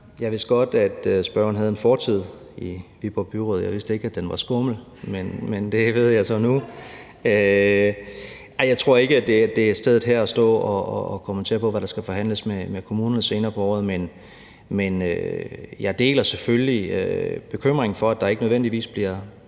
Jeg vidste godt, at spørgeren havde en fortid i Viborg Byråd. Jeg vidste ikke, at den var skummel, men det ved jeg så nu. Jeg tror ikke, at det her er stedet til at stå og kommentere på, hvad der skal forhandles med kommunerne senere på året. Men jeg deler selvfølgelig bekymringen for, at der ikke nødvendigvis bliver